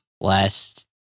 Last